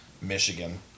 Michigan